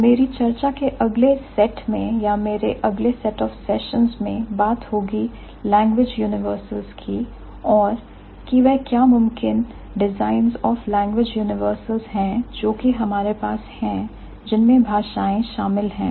तो मेरी चर्चा के अगले सेट में या मेरे अगले set of sessions set of sessions में बात होगी language universals लैंग्वेज यूनिवर्सेल्स की और कि वह क्या मुमकिन designs of language universals language universals हैं जो कि हमारे पास हैं जिनमें भाषाएं शामिल है